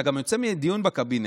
אתה גם יוצא מהדיון בקבינט,